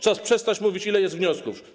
Czas przestać mówić, ile jest wniosków.